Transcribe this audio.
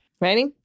Ready